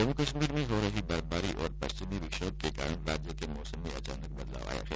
जम्मू कश्मीर में हो रही बर्फबारी और पश्चिमी विक्षोभ के कारण राज्य के मौसम में अचानक बदलाव आया है